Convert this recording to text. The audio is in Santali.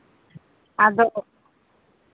ᱟᱫᱚ